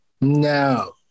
No